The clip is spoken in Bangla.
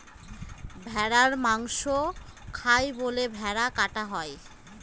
ভেড়ার মাংস খায় বলে ভেড়া কাটা হয়